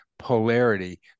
Polarity